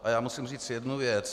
A já musím říct jednu věc.